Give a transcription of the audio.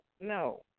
no